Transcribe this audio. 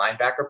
linebacker